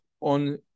on